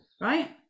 right